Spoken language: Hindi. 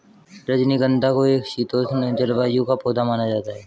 रजनीगंधा को एक शीतोष्ण जलवायु का पौधा माना जाता है